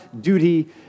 duty